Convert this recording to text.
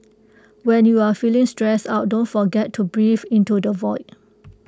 when you are feeling stressed out don't forget to breathe into the void